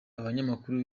abanyamakuru